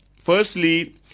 firstly